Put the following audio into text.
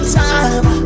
time